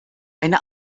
eine